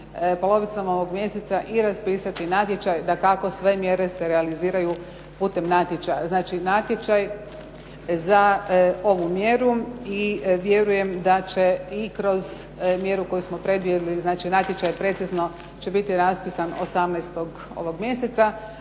polovicom ovog mjeseca i raspisati natječaj. Dakako, sve mjere se realiziraju putem natječaja, znači natječaj za ovu mjeru. I vjerujem da će i kroz mjeru koju smo predvidjeli znači natječaj precizno će biti raspisan 18. ovog mjeseca,